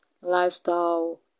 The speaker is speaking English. lifestyle